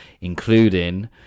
including